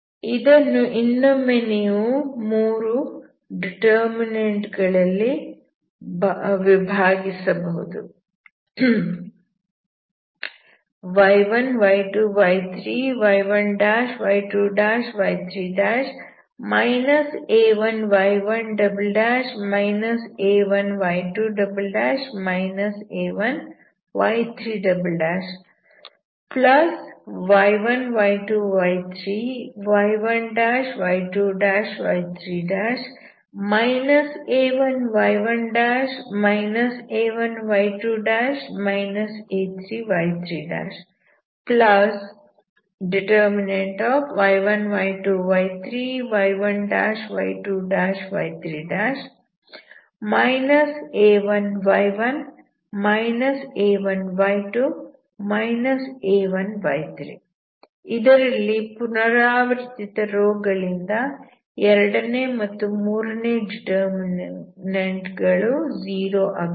ಇದನ್ನು ಇನ್ನೊಮ್ಮೆ ನೀವು 3 ಡಿಟರ್ಮಿನಂಟ್ ಗಳಾಗಿ ವಿಭಾಗಿಸಬಹುದು ಇದರಲ್ಲಿ ಪುನರಾವರ್ತಿತ ರೋ ಗಳಿಂದ ಎರಡನೇ ಮತ್ತು ಮೂರನೇ ಡಿಟರ್ಮಿನಂಟ್ ಗಳು 0 ಆಗುತ್ತವೆ